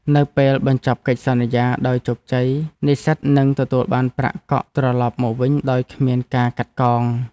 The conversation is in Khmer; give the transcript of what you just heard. នៅពេលបញ្ចប់កិច្ចសន្យាដោយជោគជ័យ និស្សិតនឹងទទួលបានប្រាក់កក់ត្រឡប់មកវិញដោយគ្មានការកាត់កង។